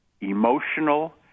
emotional